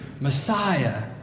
Messiah